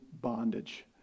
bondage